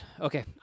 Okay